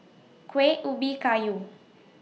Kueh Ubi Kayu